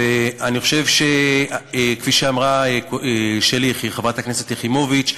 אני חושב שכפי שאמרה חברת הכנסת שלי יחימוביץ,